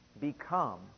become